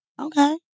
Okay